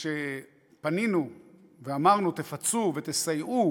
וכשפנינו ואמרנו: תפצו ותסייעו,